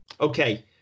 Okay